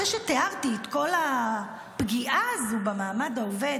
אחרי שתיארתי את כל הפגיעה הזו במעמד העובד,